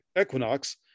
Equinox